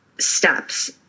steps